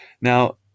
Now